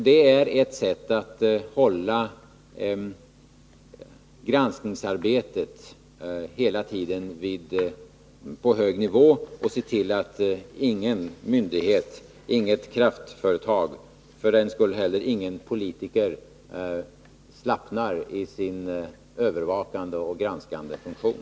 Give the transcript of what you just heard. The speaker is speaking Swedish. Detta är ett sätt att hela tiden hålla granskningsarbetet på en hög nivå och att se till att inga myndigheter och inga kraftföretag — och för den skull inte heller någon politiker — slappnar i sin övervakande och granskande funktion.